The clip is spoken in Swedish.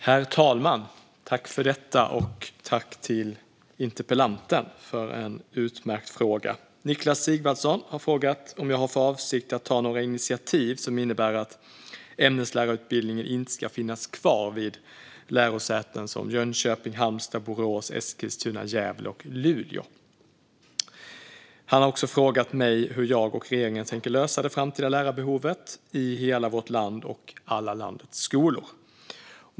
Herr talman! har frågat om jag har för avsikt att ta några initiativ som innebär att ämneslärarutbildningen inte ska finnas kvar vid lärosäten som Jönköping, Halmstad, Borås, Eskilstuna, Gävle och Luleå. Han har också frågat mig hur jag och regeringen tänker lösa det framtida lärarbehovet i hela vårt land och alla landets skolor.